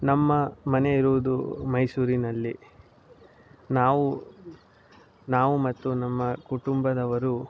ನಮ್ಮ ಮನೆ ಇರುವುದು ಮೈಸೂರಿನಲ್ಲಿ ನಾವು ನಾವು ಮತ್ತು ನಮ್ಮ ಕುಟುಂಬದವರು